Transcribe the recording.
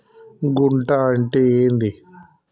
గుంట అంటే ఏంది?